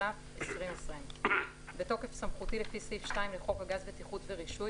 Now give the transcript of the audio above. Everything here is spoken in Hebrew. התש"ף-2020 בתוקף סמכותי לפי סעיף 2 לחוק הגז (בטיחות ורישוי),